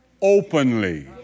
openly